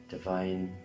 divine